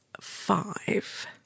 five